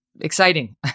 exciting